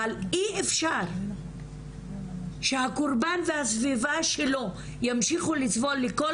אבל אי אפשר שהקורבן והסביבה שלו ימשיכו לסבול לכל